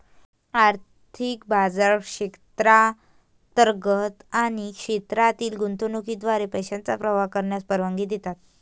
आर्थिक बाजार क्षेत्रांतर्गत आणि क्षेत्रातील गुंतवणुकीद्वारे पैशांचा प्रवाह करण्यास परवानगी देतात